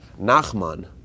Nachman